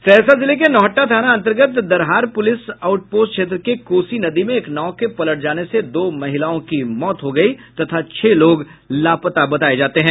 सहरसा जिले के नौहट्टा थाना अंतर्गत दरहार प्रलिस आउट पोस्ट क्षेत्र के कोसी नदी में एक नाव के पलट जाने से दो महिलाओं की मौत हो गयी तथा छह लोग लापता हैं